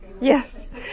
Yes